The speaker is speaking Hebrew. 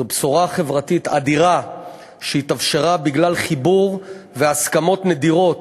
זו בשורה חברתית אדירה שהתאפשרה בגלל חיבור והסכמות נדירות